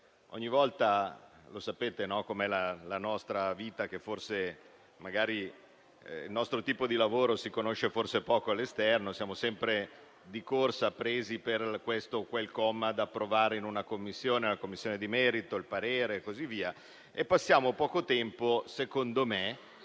contingente. Sapete com'è la nostra vita, ma forse il nostro lavoro si conosce poco all'esterno: siamo sempre di corsa, presi per questo o quel comma da approvare in una Commissione, la Commissione di merito, il parere e così via. Passiamo poco tempo, secondo me,